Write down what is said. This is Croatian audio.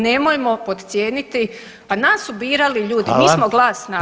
Nemojmo podcijeniti, pa nas su birali ljudi, mi smo glas naroda.